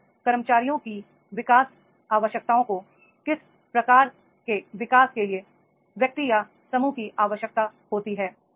लेकिन कर्मचारियों की विकास आवश्यकताओं को किस प्रकार के विकास के लिए व्यक्ति या समूह की आवश्यकता होती है